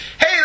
Hey